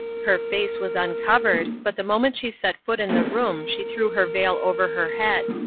her face was uncovered, but the moment she set foot in the room she threw her veil over her head.